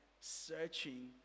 searching